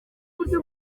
buryo